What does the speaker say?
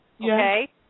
okay